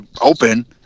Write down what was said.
open